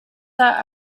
that